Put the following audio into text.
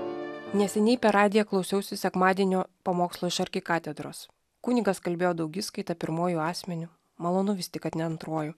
neseniai per radiją klausiausi sekmadienio pamokslo iš arkikatedros kunigas kalbėjo daugiskaita pirmuoju asmeniu malonu vis tik kad ne antruoju